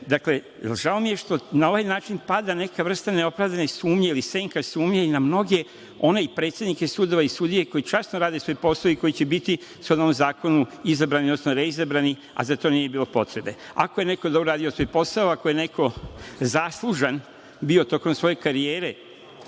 svoje, žao mi je što na ovaj način pada neka vrsta neopravdane sumnje ili senka sumnje, i na mnoge one predsednike sudova i sudije koje časno rade svoj posao i koji će biti sada ovim zakonom izabrani, odnosno reizabrani, a za to nije bilo potrebe. Ako je neko dobro radio svoj posao, ako je neko zaslužan bio tokom svoje karijere